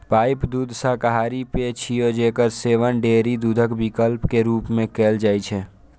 pipe दूध शाकाहारी पेय छियै, जेकर सेवन डेयरी दूधक विकल्प के रूप मे कैल जाइ छै